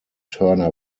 turner